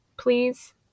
please